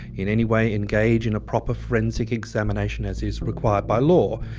in any way engage in a proper forensic examination as is required by law.